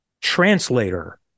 translator